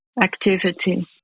activity